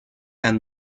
and